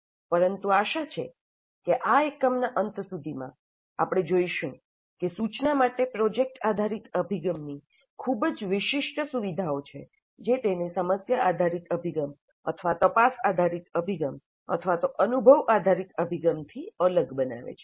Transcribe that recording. પરંતુ આશા છે કે આ એકમના અંત સુધીમાં આપણે જોઇશું કે સૂચના માટે પ્રોજેક્ટ આધારિત અભિગમની ખૂબ જ વિશિષ્ટ સુવિધાઓ છે જે તેને સમસ્યા આધારિત અભિગમ અથવા તપાસ આધારિત અભિગમ અથવા તો અનુભવ આધારિત અભિગમથી અલગ બનાવે છે